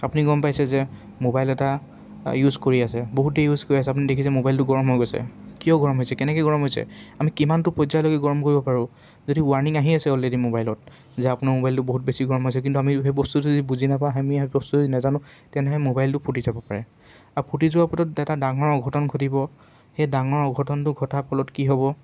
আপুনি গম পাইছে যে মোবাইল এটা ইউজ কৰি আছে বহুত দেৰি ইউজ কৰি আছে আপুনি দেখিছে মোবাইলটো গৰম হৈ গৈছে কিয় গৰম হৈছে কেনেকৈ গৰম হৈছে আমি কিমানটো পৰ্যায়লৈকে গৰম কৰিব পাৰোঁ যদি ৱাৰ্ণিং আহি আছে অলৰেডি মোাইলত যে আপোনাৰ মোবাইলটো বহুত বেছি গৰম হৈছে কিন্তু আমি সেই বস্তুটো যদি বুজি নাপাওঁ আমি সেই বস্তুটো যদি নেজানো তেনেহ'লে মোবাইলটো ফুটি যাব পাৰে আৰু ফুটি যোৱাৰ পিছত এটা ডাঙৰ অঘটন ঘটিব সেই ডাঙৰ অঘটনটো ঘটাৰ ফলত কি হ'ব